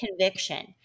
conviction